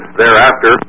thereafter